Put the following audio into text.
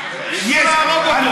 ניסו להרוג אותו,